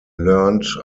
learned